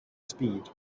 speed